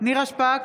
נירה שפק,